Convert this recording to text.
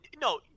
no